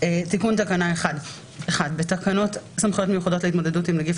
תיקון תקנה 1 בתקנות סמכויות מיוחדות להתמודדות עם נגיף